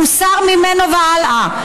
המוסר ממנו והלאה.